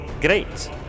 Great